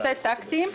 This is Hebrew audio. בשתי טאקטים,